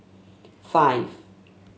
five